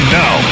now